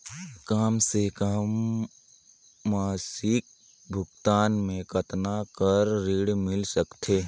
कम से कम मासिक भुगतान मे कतना कर ऋण मिल सकथे?